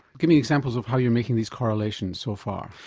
give me examples of how you are making these correlations so far.